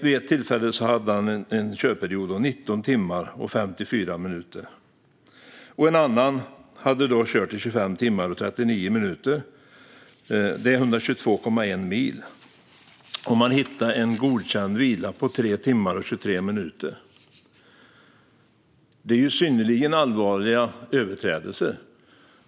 Vid ett tillfälle hade han en körperiod på 19 timmar och 54 minuter. En annan hade kört i 25 timmar och 39 minuter. Det är 122,1 mil. Man hittade en godkänd vila på 3 timmar och 23 minuter. Detta är synnerligen allvarliga överträdelser.